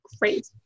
Great